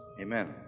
Amen